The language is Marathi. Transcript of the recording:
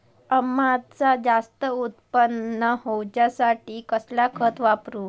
अम्याचा जास्त उत्पन्न होवचासाठी कसला खत वापरू?